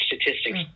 statistics